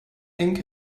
ink